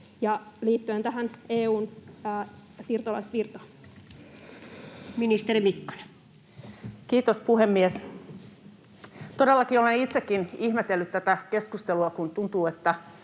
liittyen tähän EU:n siirtolaisvirtaan. Ministeri Mikkonen. Kiitos, puhemies! Todellakin olen itsekin ihmetellyt tätä keskustelua, kun tuntuu, että